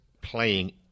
playing